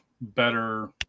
better